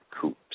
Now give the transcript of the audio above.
coops